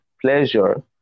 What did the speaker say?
pleasure